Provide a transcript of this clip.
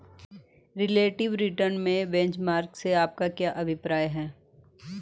Relative return में benchmark से आपका क्या अभिप्राय है?